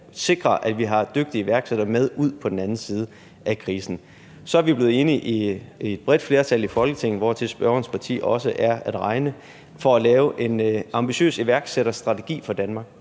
sikrer, at vi har dygtige iværksættere med ud på den anden side af krisen. Så er vi i et bredt flertal i Folketinget, hvortil spørgerens parti også er at regne, blevet enige om at lave en ambitiøs iværksætterstrategi for Danmark,